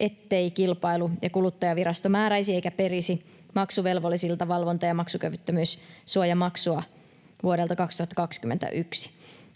ettei Kilpailu- ja kuluttajavirasto määräisi eikä perisi maksuvelvollisilta valvonta- ja maksukyvyttömyyssuojamaksua vuodelta 2021.